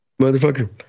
Motherfucker